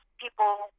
people